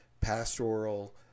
pastoral